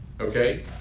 Okay